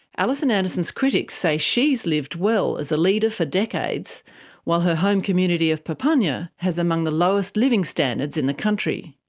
alison anderson's critics say she has lived well as a leader for decades while her home community of papunya has among the lowest living standards in the country.